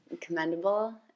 commendable